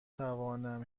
توانم